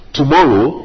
tomorrow